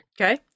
Okay